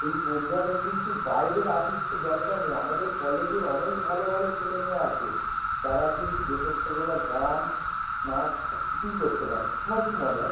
এই প্রোগ্রামে কিন্তু বাইরের আর্টিস্টকে দরকার নেই আমাদের কলেজের অনেক ভালো ভালো ছেলে মেয়ে আছে তারা কিন্তু দেশাত্মবোধক গান নাচ সব কিছুই করতে পারে তোমার কি মত ভাই